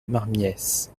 marmiesse